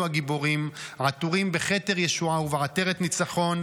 הגיבורים עטורים בכתר ישועה ובעטרת ניצחון,